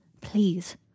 Please